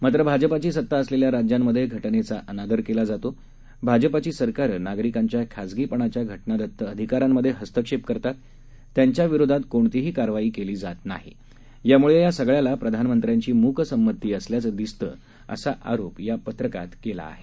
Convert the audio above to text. मात्र भाजपाची सत्ता असलेल्या राज्यांमधे घटनेचा अनादर केला जातो भाजपाची सरकारं नागरिकांच्या खाजगीपणाच्या घटनादत्त अधिकारांमधे हस्तक्षेप करत असतात त्यांच्या विरोधात कोणतीही कारवाई केली जात नाही त्यामुळे या सगळ्याला प्रधानमंत्र्यांची मूक संमती असल्याचं दिसतं असा आरोप या पत्रकात केला आहे